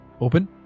open